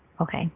Okay